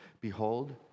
Behold